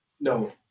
no